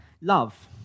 love